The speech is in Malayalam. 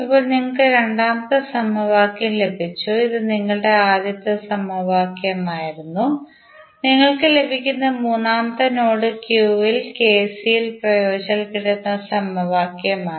ഇപ്പോൾ നിങ്ങൾക്ക് രണ്ടാമത്തെ സമവാക്യം ലഭിച്ചു ഇത് നിങ്ങളുടെ ആദ്യ സമവാക്യമായിരുന്നു നിങ്ങൾക്ക് ലഭിക്കുന്ന മൂന്നാമത്തേത് നോഡ് ക്യൂവിൽ കെസിഎൽ പ്രയോഗിച്ചാൽ കിട്ടുന്ന സമവാക്യമാണ്